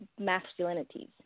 masculinities